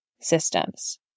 systems